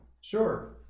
Sure